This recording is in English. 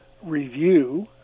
Review